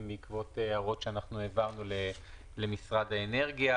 הם בעקבות הערות שהעברנו למשרד האנרגיה,